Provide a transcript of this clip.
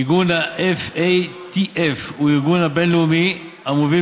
ארגון FATF הוא הארגון הבין-לאומי המוביל